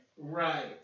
Right